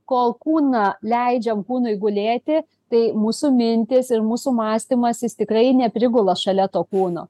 kol kūną leidžiam kūnui gulėti tai mūsų mintys ir mūsų mąstymas jis tikrai neprigula šalia to kūno